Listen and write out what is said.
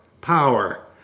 power